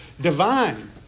divine